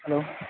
hello